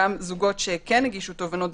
גם זוגות שכן הגישו תובענות,